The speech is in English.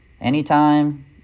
Anytime